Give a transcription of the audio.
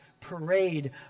parade